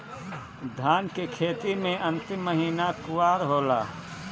धान के खेती मे अन्तिम महीना कुवार होला?